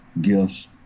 gifts